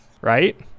right